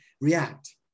react